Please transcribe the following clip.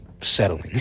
Settling